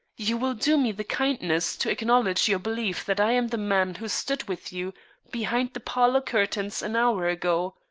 you will do me the kindness to acknowledge your belief that i am the man who stood with you behind the parlor curtains an hour ago.